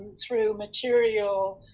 through material